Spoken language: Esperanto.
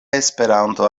esperanto